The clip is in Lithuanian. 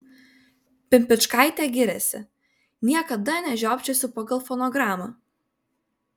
pimpičkaitė giriasi niekada nežiopčiosiu pagal fonogramą